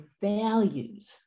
values